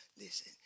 Listen